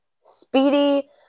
speedy